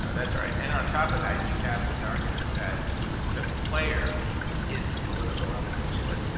ah that's right. and on top of that, you have this argument that the player is the political element to it,